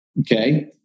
Okay